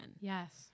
Yes